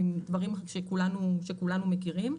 דברים שכולנו מכירים,